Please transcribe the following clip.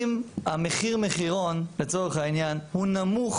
אם מחיר המחירון לצורך העניין הוא נמוך